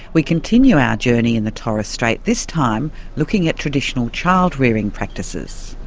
we continue our journey in the torres strait, this time looking at traditional child rearing practices.